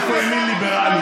איפה ימין ליברלי?